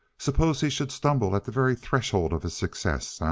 suppose he should stumble at the very threshold of his success? ah?